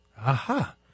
Aha